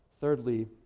thirdly